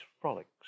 frolics